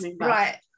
right